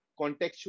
contextual